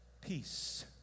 peace